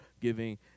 giving